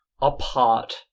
apart